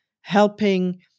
helping